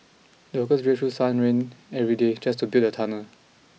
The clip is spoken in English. the workers braved through sun and rain every day just to build the tunnel